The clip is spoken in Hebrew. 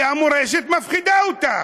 כי המורשת מפחידה אותך,